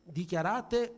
dichiarate